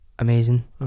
amazing